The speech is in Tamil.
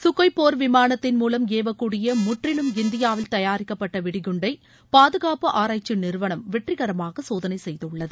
க்கோய் போர் விமானத்தின் மூலம் ஏவக்கூடிய முற்றிலும் இந்தியாவில் தயாரிக்கப்பட்ட வெடிகுண்டை பாதுகாப்பு ஆராய்ச்சி நிறுவனம் வெற்றிகரமாக சோதனை செய்துள்ளது